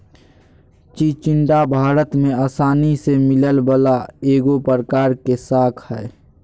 चिचिण्डा भारत में आसानी से मिलय वला एगो प्रकार के शाक हइ